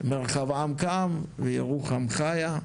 מרחב עם קם וירוחם חיה.